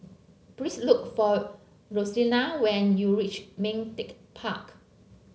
please look for Rosella when you reach Ming Teck Park